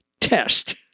test